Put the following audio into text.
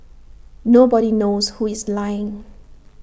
nobody knows who is lying